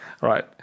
right